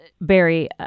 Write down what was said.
Barry